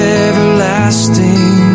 everlasting